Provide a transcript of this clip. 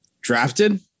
drafted